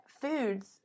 foods